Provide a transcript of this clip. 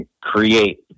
create